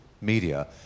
media